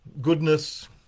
goodness